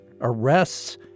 arrests